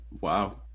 wow